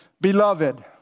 Beloved